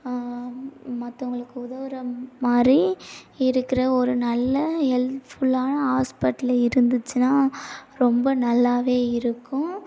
மற்றவங்களுக்கு உதவுகிற மாதிரி இருக்கிற ஒரு நல்ல ஹெல்ப்ஃபுல்லான ஹாஸ்பிட்டல் இருந்துச்சுனா ரொம்ப நல்லாவே இருக்கும்